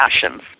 passions